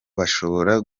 bashobora